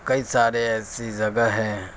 کئی سارے ایسی جگہ ہیں